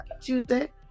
Tuesday